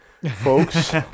folks